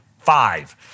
five